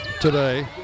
today